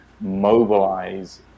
mobilize